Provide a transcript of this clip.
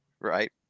Right